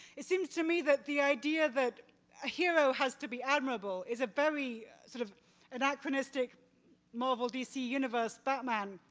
it seems to me that the idea that a hero has to be admirable is a very sort of anachronistic marvel dc universe batman.